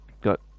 got